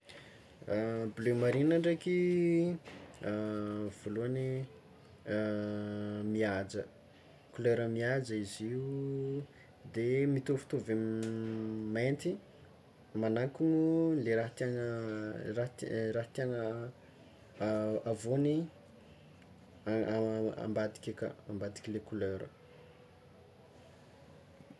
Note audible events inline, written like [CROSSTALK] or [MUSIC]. [HESITATION] Bleu marine ndraiky [HESITATION] voalohany [HESITATION] mihaja, kolera mihaja izy io de mitovitovy amin'ny mainty, magnakono le raha tiàna raha tià- raha tiàna avogny, [HESITATION] ambadiky aka ambadikile kolera.